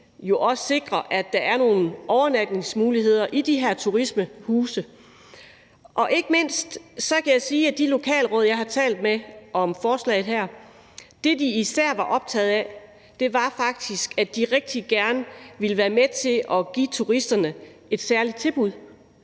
vandresti sikrer, at der er nogle overnatningsmuligheder i de her turismehuse. Og ikke mindst kan jeg sige, at det, de lokalråd, jeg har talt med om forslaget her, især var optaget af, faktisk var, at de rigtig gerne ville være med til at give turisterne et særligt tilbud,